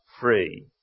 free